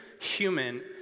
human